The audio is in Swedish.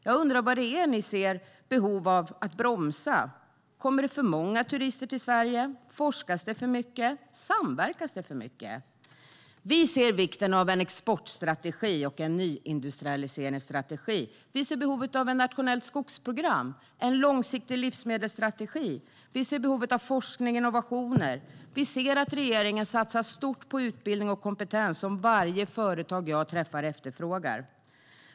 Jag undrar vad ni ser behov av att bromsa. Kommer det för många turister till Sverige? Forskas det för mycket? Samverkas det för mycket? Vi ser vikten av en exportstrategi och en nyindustrialiseringsstrategi. Vi ser behovet av ett nationellt skogsprogram och en långsiktig livsmedelsstrategi. Vi ser behovet av forskning och innovationer. Vi ser att regeringen satsar stort på utbildning och kompetens, som varje företag som jag träffar efterfrågar.